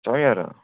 च'ऊं ज्हारां दा